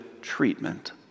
treatment